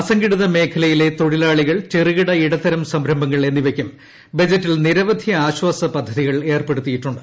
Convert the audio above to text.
അസംഘടിതമേഖലയിലെ തൊഴിലാളികൾ ചെറുകിട ഇടത്തരം സംരംഭങ്ങൾ എന്നിവക്കും ബജറ്റിൽ നിരവധി ആശ്വാസപദ്ധതികൾ ഏർപ്പെടുത്തിയിട്ടുണ്ട്